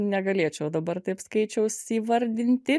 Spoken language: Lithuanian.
negalėčiau dabar taip skaičiaus įvardinti